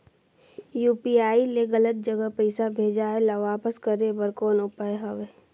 UPI ले गलत जगह पईसा भेजाय ल वापस करे बर कौन उपाय हवय?